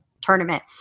tournament